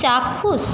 চাক্ষুষ